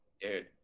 Dude